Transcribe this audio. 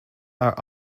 are